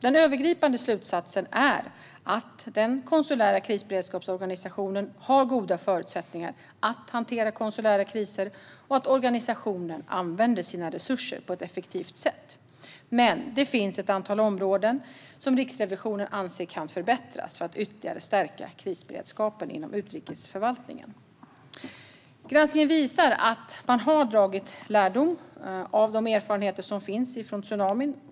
Den övergripande slutsatsen är att den konsulära krisberedskapsorganisationen har goda förutsättningar att hantera konsulära kriser och att organisationen använder sina resurser på ett effektivt sätt. Men det finns ett antal områden som Riksrevisionen anser kan förbättras för att ytterligare stärka krisberedskapen inom utrikesförvaltningen. Granskningen visar att man har dragit lärdom av de erfarenheter som finns från tsunamin.